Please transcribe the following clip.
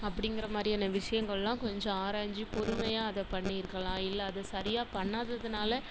அப்படிங்கிற மாதிரியான விஷயங்கள்லாம் கொஞ்ச ஆராய்ஞ்சு பொறுமையாக அதை பண்ணியிருக்கலாம் இல்லை அது சரியாக பண்ணாததனால